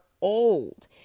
old